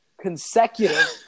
consecutive